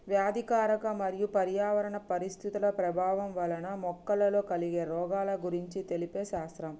వ్యాధికారక మరియు పర్యావరణ పరిస్థితుల ప్రభావం వలన మొక్కలలో కలిగే రోగాల గురించి తెలిపే శాస్త్రం